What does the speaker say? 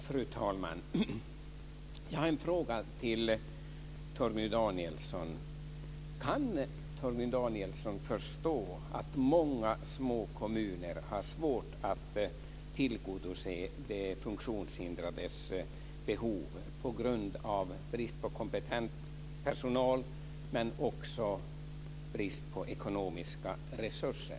Fru talman! Jag har en fråga till Torgny Danielsson: Kan Torgny Danielsson förstå att många små kommuner har svårt att tillgodose de funktionshindrades behov på grund av brist på kompetent personal, men också brist på ekonomiska resurser?